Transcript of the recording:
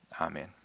Amen